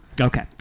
Okay